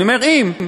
אני אומר "אם".